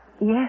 Yes